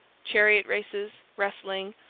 chariot races, wrestling,